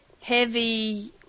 heavy